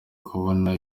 kubona